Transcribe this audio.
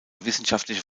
wissenschaftliche